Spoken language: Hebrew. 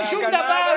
אין שום דבר.